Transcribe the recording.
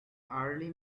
early